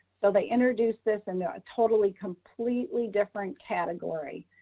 so they introduced this and they're a totally, completely different category.